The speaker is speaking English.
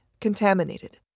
contaminated